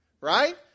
Right